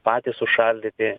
patys užšaldyti